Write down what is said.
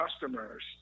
customers